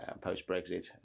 post-Brexit